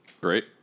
Great